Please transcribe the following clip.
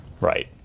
Right